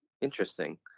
interesting